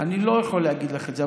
אני לא יכול להגיד לך את זה,